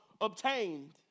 obtained